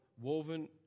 woven